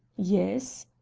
yes?